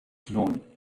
known